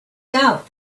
doubt